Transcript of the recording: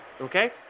okay